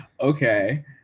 okay